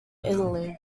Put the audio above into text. italy